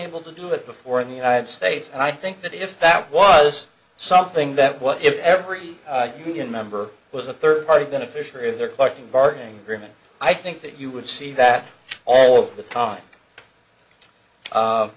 able to do that before in the united states and i think that if that was something that what if every union member was a third party beneficiary of their collective bargaining agreement i think that you would see that all of the time